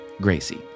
Gracie